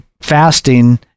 fasting